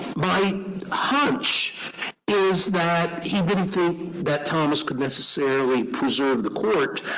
my hunch is that he didn't think that thomas could necessarily preserve the court,